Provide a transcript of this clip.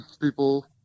people